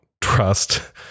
trust